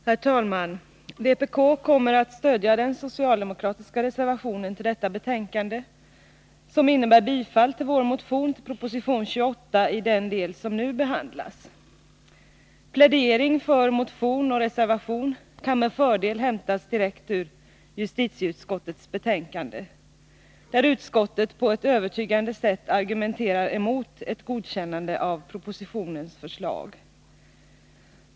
Herr talman! Vpk kommer att stödja den socialdemokratiska reservationen till detta betänkande, som innebär bifall till vår motion med anledning av proposition 28 i den del som nu behandlas. Plädering för motion och reservation kan med fördel hämtas direkt i justitieutskottets betänkande, där utskottet på ett övertygande sätt argumenterar emot ett godkännande av propositionens förslag.